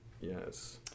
Yes